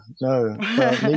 no